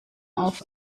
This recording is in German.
auf